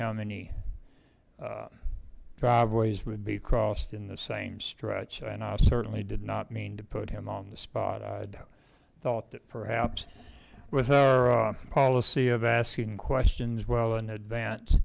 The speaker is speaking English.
how many driveways would be crossed in the same stretch and i certainly did not mean to put him on the spot i'd thought that perhaps with our policy of asking questions well in advance